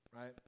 right